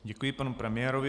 Děkuji panu premiérovi.